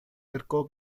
cercó